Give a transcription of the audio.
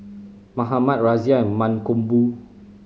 Mahatma Razia and Mankombu